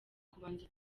kubanza